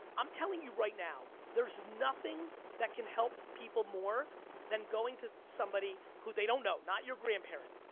i'm telling you right now. there's nothing that can help people more than going to somebody who they don't know. not your grandparent,